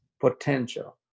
potential